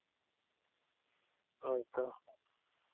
ᱦᱳᱭᱛᱚ